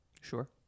Sure